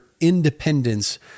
independence